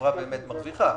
שהחברה מרוויחה.